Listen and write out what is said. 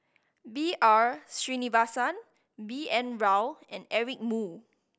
B R Sreenivasan B N Rao and Eric Moo